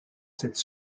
cette